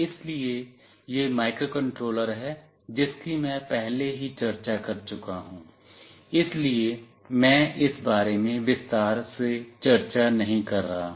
इसलिए यह माइक्रोकंट्रोलर है जिसकी मैं पहले ही चर्चा कर चुका हुं इसलिए मैं इस बारे में विस्तार से चर्चा नहीं कर रहा हूं